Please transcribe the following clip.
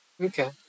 Okay